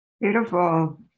Beautiful